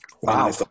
Wow